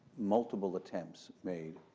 multiple attempts made